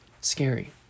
scary